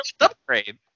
upgrade